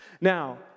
Now